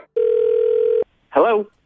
Hello